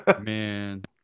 Man